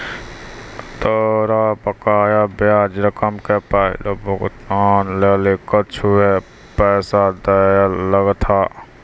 तोरा बकाया ब्याज रकम के पहिलो भुगतान लेली कुछुए पैसा दैयल लगथा